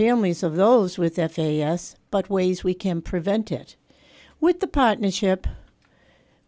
families of those with us but ways we can prevent it with the partnership